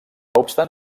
obstant